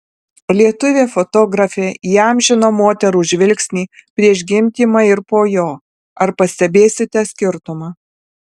lietuvė fotografė įamžino moterų žvilgsnį prieš gimdymą ir po jo ar pastebėsite skirtumą